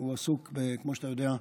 הוא עסוק, כמו שאתה יודע,